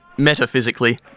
metaphysically